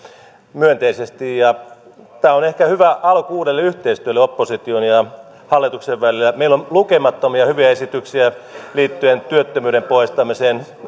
myönteisesti ja tämä on ehkä hyvä alku uudelle yhteistyölle opposition ja hallituksen välillä meillä on lukemattomia hyviä esityksiä liittyen työttömyyden poistamiseen